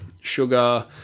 Sugar